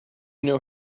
know